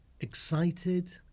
excited